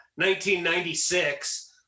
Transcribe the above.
1996